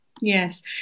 Yes